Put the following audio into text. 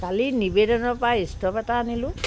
কালি নিবেদনৰ পৰা ষ্ট'ভ এটা আনিলোঁ